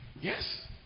Yes